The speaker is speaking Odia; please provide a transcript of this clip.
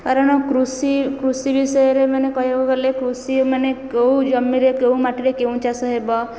କାରଣ କୃଷି ବିଷୟରେ ମାନେ କହିବାକୁ ଗଲେ କୃଷି ମାନେ କେଉଁ ଜମିରେ କେଉଁ ମାଟିରେ କେଉଁ ଚାଷ ହେବ